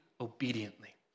obediently